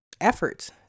efforts